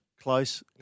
Close